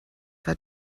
war